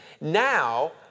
now